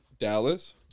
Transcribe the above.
Dallas